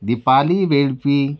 Deepali वेळपी